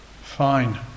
fine